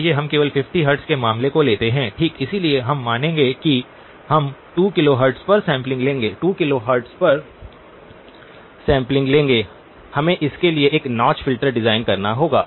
आइए हम केवल 50 हर्ट्ज के मामले को लेते हैं ठीक इसलिए हम मानेंगे कि हम 2 किलोहर्ट्ज़ पर सैंपलिंग लेंगे 2 किलोहर्ट्ज़ पर सैंपलिंग लेंगे हमें इसके लिए एक नॉच फ़िल्टर डिज़ाइन करना होगा